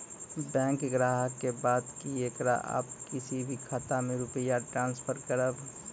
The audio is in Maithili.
बैंक ग्राहक के बात की येकरा आप किसी भी खाता मे रुपिया ट्रांसफर करबऽ?